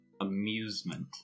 amusement